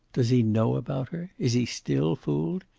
does he know about her? is he still fooled?